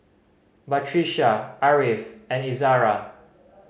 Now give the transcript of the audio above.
Batrisya Ariff and Izara